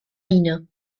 miene